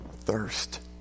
thirst